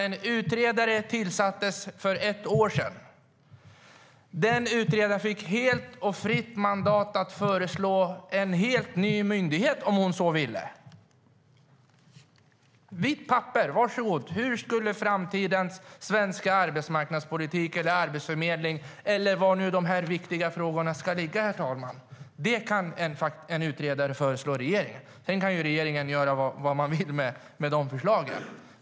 En utredare tillsattes för ett år sedan och fick ett fritt mandat att föreslå en helt ny myndighet om hon så ville. Ett vitt papper - varsågod! Det handlar om framtidens svenska arbetsmarknadspolitik, arbetsförmedling eller var nu de här viktiga frågorna ska ligga, herr talman. Det kan en utredare föreslå regeringen. Sedan kan regeringen göra vad de vill med förslagen.